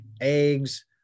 eggs